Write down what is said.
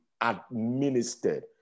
administered